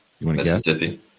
Mississippi